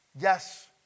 Yes